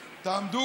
תעמדו,